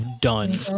done